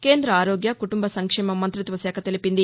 కేంద్ర ఆరోగ్య కుటుంబ సంక్షేమ మంతిత్వశాఖ తెలిపింది